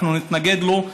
אנחנו נתנגד לו.